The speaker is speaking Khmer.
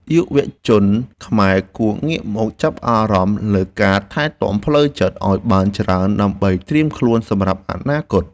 យុវជនខ្មែរគួរងាកមកចាប់អារម្មណ៍លើការថែទាំផ្លូវចិត្តឱ្យបានច្រើនដើម្បីត្រៀមខ្លួនសម្រាប់អនាគត។